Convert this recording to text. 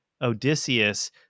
Odysseus